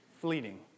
fleeting